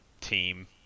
team